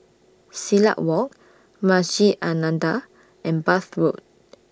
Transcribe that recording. Silat Walk Masjid An Nahdhah and Bath Road